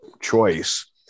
choice